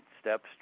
steps